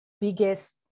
biggest